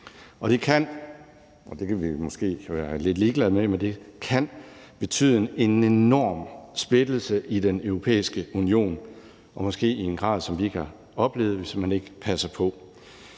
med – en enorm splittelse i Den Europæiske Union, og måske i en grad, som vi ikke har oplevet det, hvis man ikke passer på.